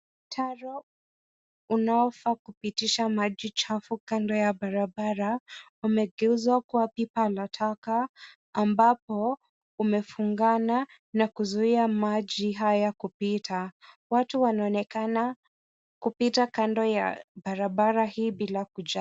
Mtaro unaofaa kupitisha maji chafu kando ya barabara wamegeuzwa kuwa pipa la taka ambapo umefungana nakuzuia maji haya kupita, watu wanaonekana kupita kando ya barabara hii bila kujali.